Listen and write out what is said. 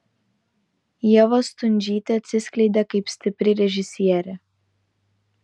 ieva stundžytė atsiskleidė kaip stipri režisierė